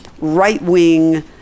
right-wing